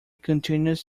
continues